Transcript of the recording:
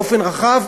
באופן רחב,